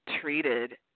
treated